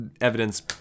evidence